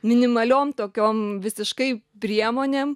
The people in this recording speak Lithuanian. minimaliom tokiom visiškai priemonėm